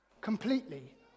completely